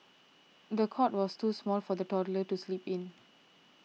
the cot was too small for the toddler to sleep in